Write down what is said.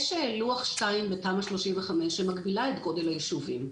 יש לוח2 בתמ"א 35, שמגבילה את גודל היישובים.